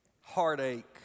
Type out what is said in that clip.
heartache